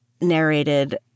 narrated